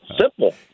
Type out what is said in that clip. Simple